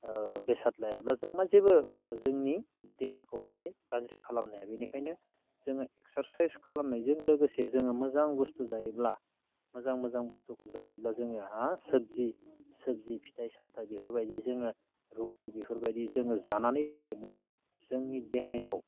बेसाद लायाबा जों जेबो जोंनि देहाखौ माने गाज्रि खालामनो हाया बेनिखायनो जोङो एकसारसाइज खालामनायजों लोगोसे जोङो मोजां बुस्थु जायोब्ला मोजां मोजां बुस्थुखौ जायोब्ला जोङोहा सोबजि सोबजि फिथाइ सामथाय बेफोरबायदि जोङो रुथि बेफोरबायदि जोङो जानानै थायोब्ला जोंनि देहायाव